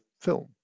film